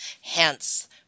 Hence